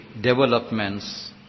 developments